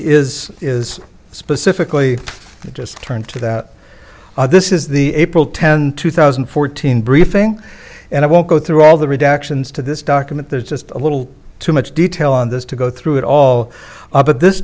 is is specifically just turned to that this is the april tenth two thousand and fourteen briefing and i won't go through all the redactions to this document there's just a little too much detail on this to go through it all but this